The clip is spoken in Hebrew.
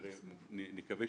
נקווה